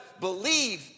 believe